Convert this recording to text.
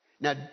Now